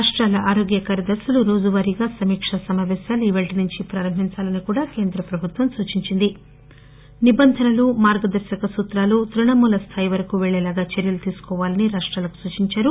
రాష్టాల ఆరోగ్య కార్యదర్శులు రోజువారీగా సమీక్ష సమాపేశాలు ఇవాళ్టి నుంచి ప్రారంభించాలని ప్రభుత్వం సూచించిన నిబంధనలు మార్గదర్శక సూత్రాలు తృణమూల స్థాయి వరకు పెళ్లేలా చర్యలు తీసుకోవాలని రాష్టాలకు సూచించారు